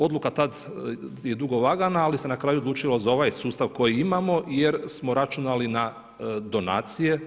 Odluka tad je dugo vagana, ali se na kraju odlučilo za ovaj sustav koji imamo jer smo računali na donacije.